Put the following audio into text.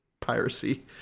piracy